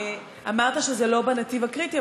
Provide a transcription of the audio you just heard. אמרת שזה לא בנתיב הקריטי,